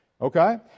Okay